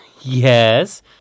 Yes